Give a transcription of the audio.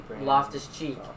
Loftus-Cheek